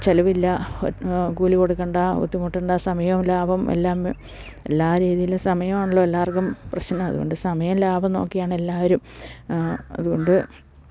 ചെലവില്ല കൂലി കൊടുക്കേണ്ട ബുദ്ധിമുട്ടേണ്ട സമയവും ലാഭം എല്ലാം എല്ലാ രീതിയിലും സമയമാണല്ലോ എല്ലാവർക്കും പ്രശ്നം അതുകൊണ്ട് സമയലാഭം നോക്കിയാണ് എല്ലാവരും അതുകൊണ്ട്